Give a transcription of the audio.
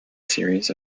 series